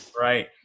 right